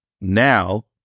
Now